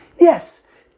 yes